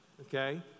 okay